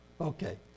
Okay